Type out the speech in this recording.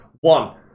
One